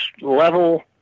level